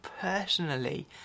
personally